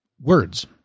Words